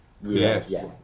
Yes